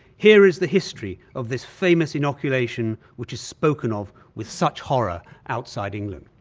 here is the history of this famous inoculation which is spoken of with such horror outside england.